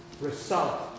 result